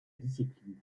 discipline